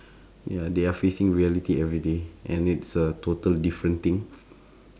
ya they are facing reality everyday and it's a total different thing